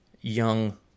young